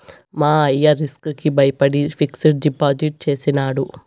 మా అయ్య రిస్క్ కి బయపడి ఫిక్సిడ్ డిపాజిట్ చేసినాడు